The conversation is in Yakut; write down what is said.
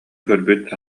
көрбүт